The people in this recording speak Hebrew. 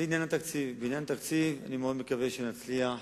בעניין התקציב, אני מאוד מקווה שנצליח,